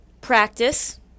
practice